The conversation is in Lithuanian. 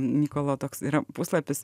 mykolo toks yra puslapis